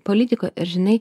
politika ir žinai